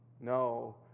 no